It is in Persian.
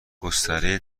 گستره